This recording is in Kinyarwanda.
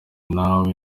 nawe